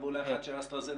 ואולי אחד של "אסטרהזניקה",